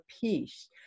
Peace